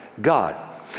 God